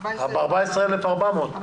14,400 שקל.